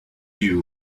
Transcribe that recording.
you